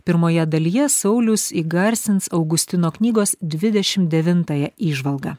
pirmoje dalyje saulius įgarsins augustino knygos dvidešim devintąją įžvalgą